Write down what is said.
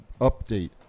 Update